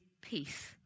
peace